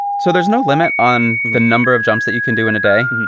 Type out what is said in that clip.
so there's no limit on the number of jumps that you can do in a day.